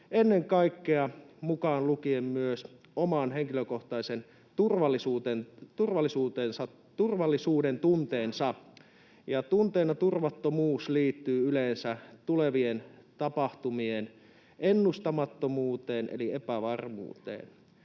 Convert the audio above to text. ennen kaikkea, mukaan lukien myös oman henkilökohtaisen turvallisuudentunteensa. Tunteena turvattomuus liittyy yleensä tulevien tapahtumien ennustamattomuuteen eli epävarmuuteen.